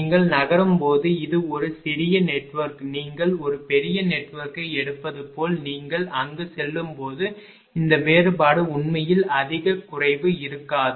நீங்கள் நகரும் போது இது ஒரு சிறிய நெட்வொர்க் நீங்கள் ஒரு பெரிய நெட்வொர்க்கை எடுப்பது போல் நீங்கள் அங்கு செல்லும்போது இந்த வேறுபாடு உண்மையில் அதிக குறைவு இருக்காது